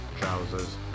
trousers